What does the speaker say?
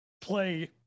play